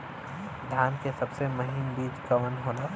धान के सबसे महीन बिज कवन होला?